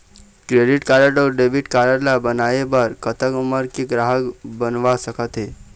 Credit card अऊ debit card ला बनवाए बर कतक उमर के ग्राहक बनवा सका थे?